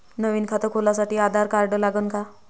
नवीन खात खोलासाठी आधार कार्ड लागन का?